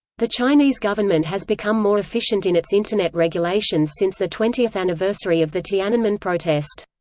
the chinese government has become more efficient in its internet regulations since the twentieth anniversary of the tiananmen protest.